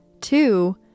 Two